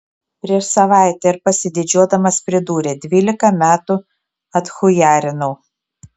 prieš savaitę ir pasididžiuodamas pridūrė dvylika metų atchujarinau